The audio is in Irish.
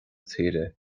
tíre